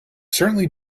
certainly